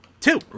Two